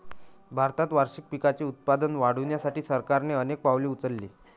भारतात वार्षिक पिकांचे उत्पादन वाढवण्यासाठी सरकारने अनेक पावले उचलली